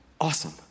Awesome